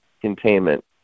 containment